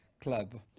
club